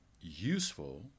useful